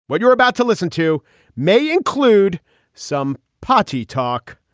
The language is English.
what you're about to listen to may include some potty talk.